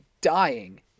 dying